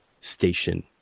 station